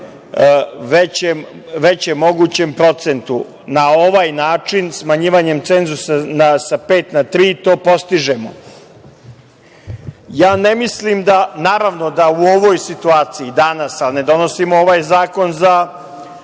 većem mogućem procentu. Na ovaj način smanjivanjem cenzusa sa 5% na 3% to postižemo. Ja ne mislim da, naravno, da u ovoj situaciji danas, a ne donosimo ovaj zakon za